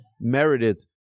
merited